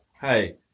hey